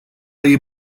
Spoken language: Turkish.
ayı